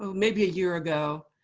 so maybe a year ago,